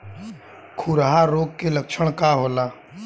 खुरहा रोग के लक्षण का होला?